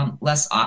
less